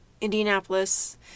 Indianapolis